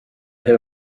her